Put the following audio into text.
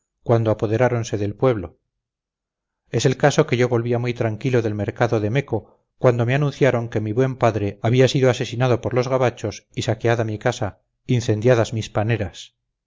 cuando apoderáronse del pueblo es el caso que yo volvía muy tranquilo del mercado de meco cuando me anunciaron que mi buen padre había sido asesinado por los gabachos y saqueada mi casa incendiadas mis paneras